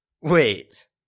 Wait